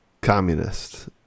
communist